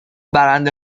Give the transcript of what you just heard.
برنده